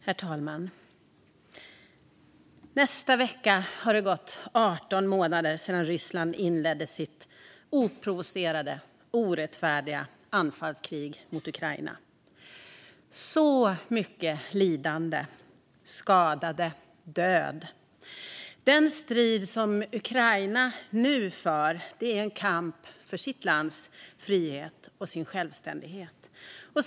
Herr talman! Nästa vecka har det gått 18 månader sedan Ryssland inledde sitt oprovocerade, orättfärdiga anfallskrig mot Ukraina. Det har varit så mycket lidande, så många skadade och så mycket död. Den strid som Ukraina nu för är en kamp för sitt lands frihet och sin självständighet.